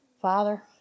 Father